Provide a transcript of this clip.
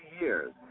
years